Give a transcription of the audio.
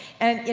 and you